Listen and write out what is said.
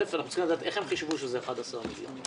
אנחנו צריכים לדעת איך הם חישבו שזה 11 מיליון שקל.